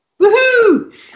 woohoo